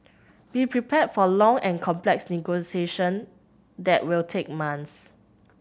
be prepared for long and complex negotiations that will take months